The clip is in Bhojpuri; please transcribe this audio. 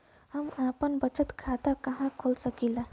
हम आपन बचत खाता कहा खोल सकीला?